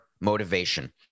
motivation